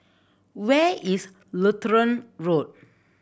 where is Lutheran Road